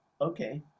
okay